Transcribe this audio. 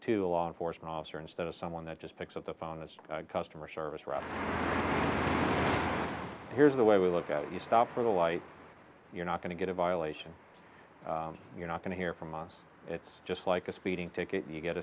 to law enforcement officer instead of someone that just picks up the phone the customer service rep here's the way we look at it you stop for the light you're not going to get a violation you're not going to hear from us it's just like a speeding ticket you get